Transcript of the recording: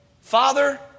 father